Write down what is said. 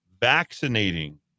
vaccinating